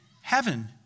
heaven